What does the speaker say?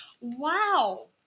Wow